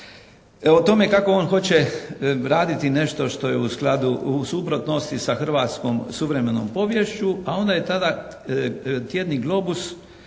o tome kako on hoće raditi nešto što je u suprotnosti sa hrvatskom suvremenom poviješću a onda je tada tjedni "Globus"